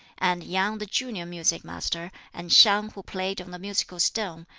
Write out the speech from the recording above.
and yang the junior music-master, and siang who played on the musical stone,